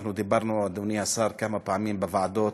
דיברנו, אדוני השר, כמה פעמים בוועדות,